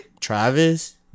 Travis